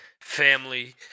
family